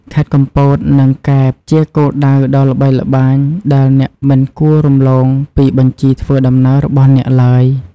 ខេត្តកំពត និង កែប ជាគោលដៅដ៏ល្បីល្បាញដែលអ្នកមិនគួររំលងពីបញ្ជីធ្វើដំណើររបស់អ្នកទ្បើយ។